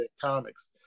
comics